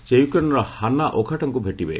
ସେ ୟୁକ୍ରେନର ହାନା ଓ ଓଖୋଟାକୁ ଭେଟିବେ